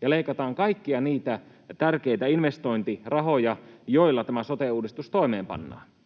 ja leikataan kaikkia niitä tärkeitä investointirahoja, joilla tämä sote-uudistus toimeenpannaan.